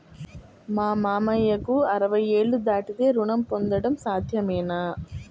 మామయ్యకు అరవై ఏళ్లు దాటితే రుణం పొందడం సాధ్యమేనా?